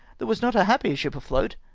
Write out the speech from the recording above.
there was not a happier ship afloat,